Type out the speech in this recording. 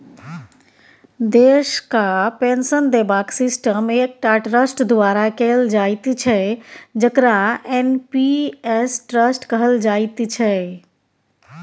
देशक पेंशन देबाक सिस्टम एकटा ट्रस्ट द्वारा कैल जाइत छै जकरा एन.पी.एस ट्रस्ट कहल जाइत छै